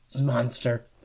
monster